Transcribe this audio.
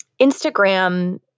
Instagram